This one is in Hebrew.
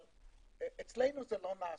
אבל אצלנו זה לא נעשה.